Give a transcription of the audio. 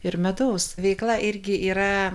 ir medaus veikla irgi yra